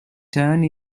turned